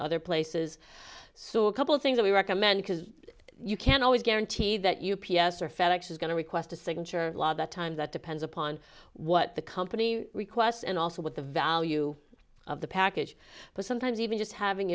other places so a couple of things that we recommend because you can't always guarantee that u p s or fed ex is going to request a signature law that time that depends upon what the company requests and also what the value of the package but sometimes even just having